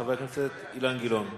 חבר הכנסת אילן גילאון.